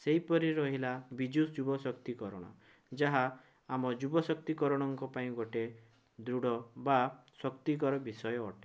ସେହିପରି ରହିଲା ବିଜୁ ଯୁବ ଶକ୍ତିକରଣ ଯାହା ଆମ ଯୁବଶକ୍ତିକରଣଙ୍କ ପାଇଁ ଗୋଟେ ଦୃଢ଼ ବା ଶକ୍ତିକର ବିଷୟ ଅଟେ